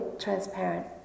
transparent